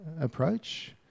approach